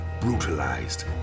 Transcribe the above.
brutalized